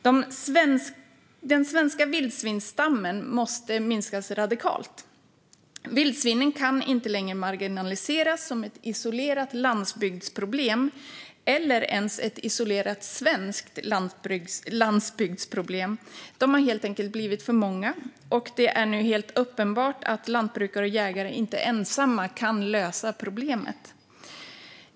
Den svenska vildsvinsstammen måste minskas radikalt. Vildsvinen kan inte längre marginaliseras som ett isolerat landsbygdsproblem eller ens ett isolerat svenskt landsbygdsproblem. De har helt enkelt blivit för många, och det är nu helt uppenbart att lantbrukare och jägare inte ensamma kan lösa problemet.